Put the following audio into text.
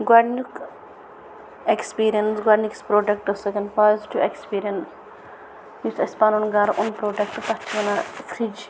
گۄڈنیُک ایکسپیٖرینس گۄڈنِکِس پروڈَکٹس سۭتۍ پازٹِو ایکسپیٖرین یُس اسہِ پَنُن گَرٕ اوٚن پروڈَکٹ تَتھ چھِ وَنان فرِج